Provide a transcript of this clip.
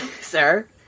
sir